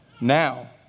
Now